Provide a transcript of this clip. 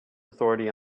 authority